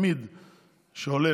שעולה,